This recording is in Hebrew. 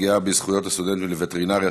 הפגיעה בזכויות הסטודנטים לווטרינריה,